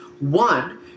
One